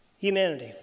humanity